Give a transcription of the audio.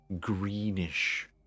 greenish